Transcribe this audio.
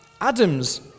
Adam's